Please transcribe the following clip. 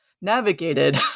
navigated